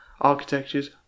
architectures